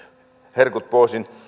herkut pois